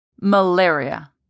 Malaria